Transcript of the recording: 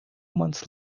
months